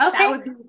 Okay